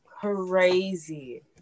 crazy